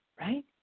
Right